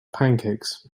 pancakes